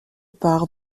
part